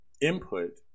input